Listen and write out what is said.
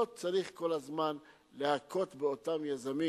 לא צריך כל הזמן להכות באותם יזמים,